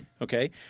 Okay